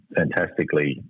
fantastically